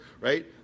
right